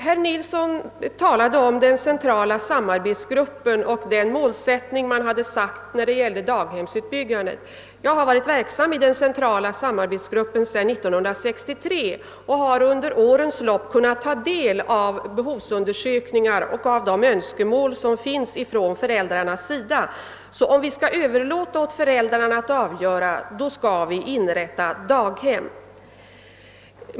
Herr Nilsson talade om den centrala samarbetsgruppen och den målsättning man satt upp för barnstugeutbyggandet. Jag har varit verksam i den centrala samarbetsgruppen sedan 1963 och har under årens lopp kunnat ta del av behovsundersökningar 'och av de önskemål föräldrarna framfört. Om vi skall överlåta åt föräldrarna att avgöra, då skall vi inrätta barnstugor.